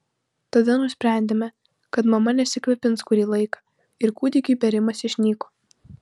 tada nusprendėme kad mama nesikvėpins kurį laiką ir kūdikiui bėrimas išnyko